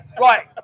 Right